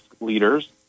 leaders